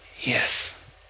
yes